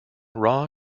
raw